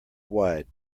wide